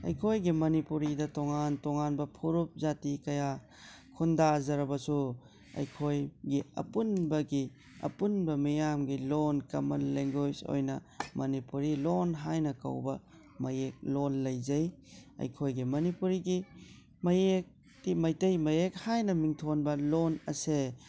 ꯑꯩꯈꯣꯏꯒꯤ ꯃꯅꯤꯄꯨꯔꯤꯗ ꯇꯣꯉꯥꯟ ꯇꯣꯉꯥꯟꯕ ꯐꯔꯨꯞ ꯖꯥꯇꯤ ꯀꯌꯥ ꯈꯨꯟꯗꯖꯥꯔꯕꯁꯨ ꯑꯩꯈꯣꯏꯒꯤ ꯑꯄꯨꯟꯕꯒꯤ ꯑꯄꯨꯟꯕ ꯃꯌꯥꯝꯒꯤ ꯂꯣꯟ ꯀꯝꯃꯜ ꯂꯦꯡꯒꯣꯏꯁ ꯑꯣꯏꯅ ꯃꯅꯤꯄꯨꯔꯤ ꯂꯣꯟ ꯍꯥꯏꯅ ꯀꯧꯕ ꯃꯌꯦꯛ ꯂꯣꯟ ꯂꯩꯖꯩ ꯑꯩꯈꯣꯏꯒꯤ ꯃꯅꯤꯄꯨꯔꯤꯒꯤ ꯃꯌꯦꯛꯇꯤ ꯃꯩꯇꯩ ꯃꯌꯦꯛ ꯍꯥꯏꯅ ꯃꯤꯡꯊꯣꯟꯕ ꯂꯣꯟ ꯑꯁꯦ